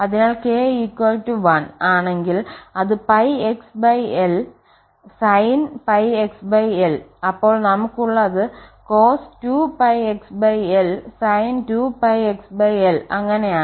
അതിനാൽ k 1 ആണെങ്കിൽ അത് 𝝥xl sin 𝝥xlഅപ്പോൾ നമുക്കുള്ളത് cos 2𝝥xl sin 2𝝥xl അങ്ങനെയാണ്